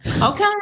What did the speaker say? Okay